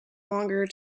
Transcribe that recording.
longer